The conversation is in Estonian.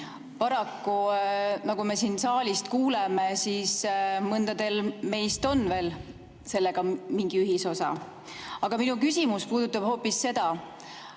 Paraku, nagu me siin saalis kuuleme, mõnel meist on veel sellega mingi ühisosa. Aga minu küsimus puudutab hoopis seda: